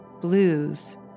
blues